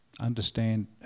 understand